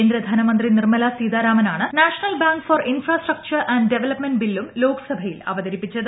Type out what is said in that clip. കേന്ദ്ര ധനമന്ത്രി നിർമ്മലാ സീതാരാമനാണ് national bank for infrastructure and development ബില്ലും ലോക്സഭയിൽ അവതരിപ്പിച്ചത്